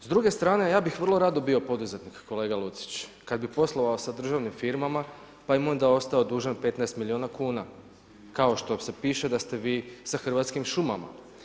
S druge strane ja bih vrlo rado bio poduzetnik, kolega Lucić kad bi poslovao sa državnim firmama pa im onda ostao dužan 15 milijuna kuna kao što se piše da ste vi sa Hrvatskim šumama.